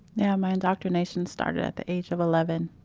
yeah, my indoctrination started at the age of eleven